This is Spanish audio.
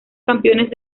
campeones